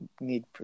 need